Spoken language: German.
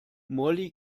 molly